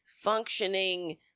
functioning